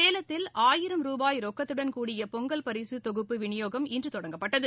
சேலத்தில் ஆயிரம் ருபாய் ரொக்கத்துடன் கூடிய பொங்கல் பரிசு தொகுப்பு விநியோகம் இன்று தொடங்கப்பட்டகு